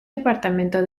departamento